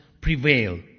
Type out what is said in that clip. prevail